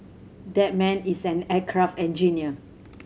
that man is an aircraft engineer